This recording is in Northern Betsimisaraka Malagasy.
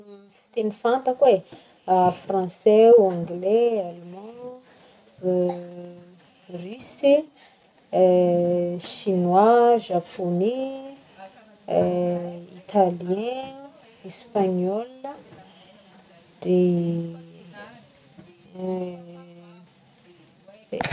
Fitegny fantako e Français o, anglais, allemand, russe, chinois, japonais italien ô, espagnol a, de zay.